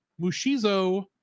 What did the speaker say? Mushizo